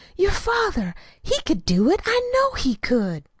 your father he could do it i know he could!